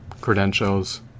credentials